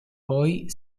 poi